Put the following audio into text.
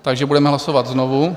Takže budeme hlasovat znovu.